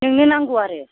नोंनो नांगौ आरो